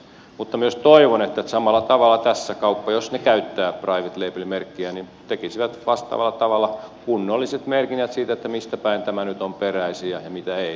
mutta myös toivon että samalla tavalla tässä kaupat jos ne käyttävät private label merkkiä tekisivät vastaavalla tavalla kunnolliset merkinnät siitä mistä päin tämä nyt on peräisin ja muusta